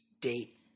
date